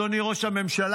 אדוני ראש הממשלה?